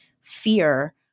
fear